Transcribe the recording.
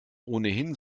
ohnehin